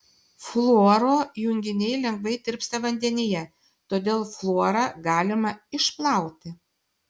fluoro junginiai lengvai tirpsta vandenyje todėl fluorą galima išplauti